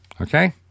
okay